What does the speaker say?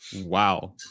Wow